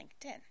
LinkedIn